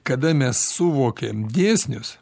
kada mes suvokiam dėsnius